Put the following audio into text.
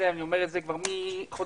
אומר את זה מינואר